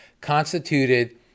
constituted